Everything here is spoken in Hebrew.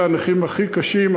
אלה הנכים הכי קשים,